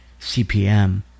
CPM